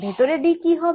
ভেতরে D কি হবে